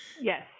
Yes